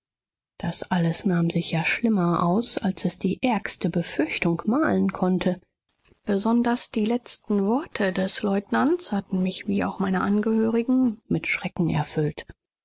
das alles nahm sich ja schlimmer aus als es die ärgste befürchtung malen konnte besonders die letzten worte des leutnants hatten mich wie auch meine angehörigen mit schrecken erfüllt